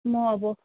म अब